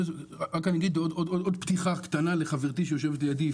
אני אגיד רק עוד פתיחה קטנה לחברתי יפעת שיושבת לידי,